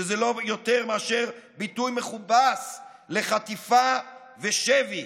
שזה לא יותר מאשר ביטוי מכובס לחטיפה ושבי,